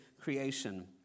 creation